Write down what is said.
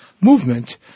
movement